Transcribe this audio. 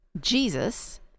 Jesus